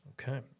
Okay